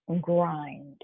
Grind